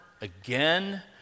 again